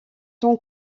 son